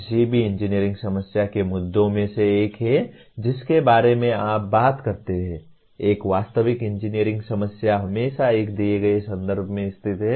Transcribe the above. किसी भी इंजीनियरिंग समस्या के मुद्दों में से एक है जिसके बारे में आप बात करते हैं एक वास्तविक इंजीनियरिंग समस्या हमेशा एक दिए गए संदर्भ में स्थित है